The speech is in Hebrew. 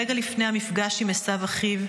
רגע לפני המפגש עם עשו אחיו,